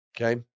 Okay